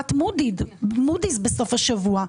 חברת מודי'ס בסוף השבוע.